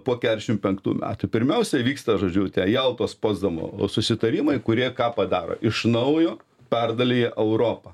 po keturiasdešimt penktų metų pirmiausia įvyksta žodžiu tie jaltos potsdamo susitarimai kurie ką padaro iš naujo perdalija europą